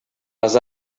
els